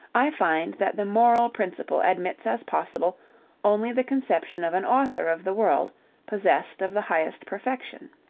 i find that the moral principle admits as possible only the conception of an author of the world possessed of the highest perfection.